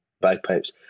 bagpipes